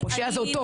פושע זה עוד טוב.